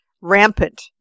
rampant